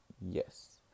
Yes